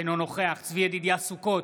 אינו נוכח צבי ידידיה סוכות,